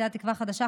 סיעת תקווה חדשה,